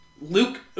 Luke